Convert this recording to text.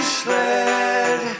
sled